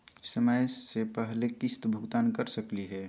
समय स पहले किस्त भुगतान कर सकली हे?